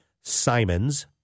Simons